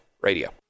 radio